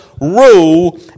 rule